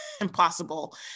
impossible